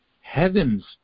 heavens